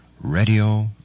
radio